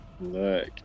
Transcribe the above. Look